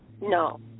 No